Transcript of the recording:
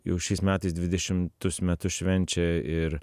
jau šiais metais dvidešimtus metus švenčia ir